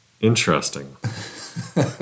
Interesting